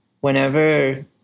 whenever